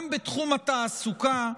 גם בתחום התעסוקה,